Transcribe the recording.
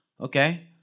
okay